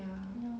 ya